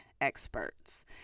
experts